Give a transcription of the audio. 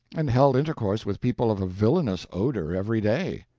and held intercourse with people of a villainous odour every day.